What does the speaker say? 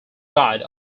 guide